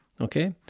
Okay